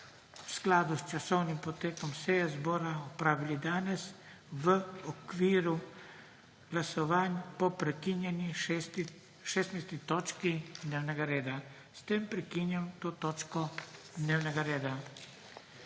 v skladu s časovnim potekom seje Državnega zbora opravili danes v okviru glasovanj po prekinjeni 16. točki dnevnega reda. S tem prekinjam to točko dnevnega reda.